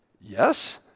Yes